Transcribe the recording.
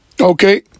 Okay